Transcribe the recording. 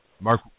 Mark